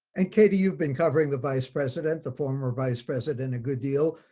and katie, you've been covering the vice president, the former vice president, a good deal.